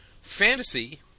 fantasy